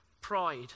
pride